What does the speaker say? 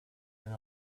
and